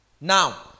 Now